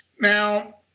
now